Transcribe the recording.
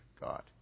God